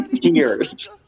Tears